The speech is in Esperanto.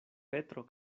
petro